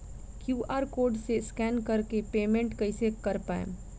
QR code से scan कर के पेमेंट कइसे कर पाएम?